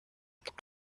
gibt